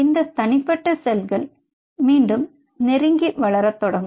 இந்த தனிப்பட்ட செல்கள் மீண்டும் நெருங்கி வளரத் தொடங்கும்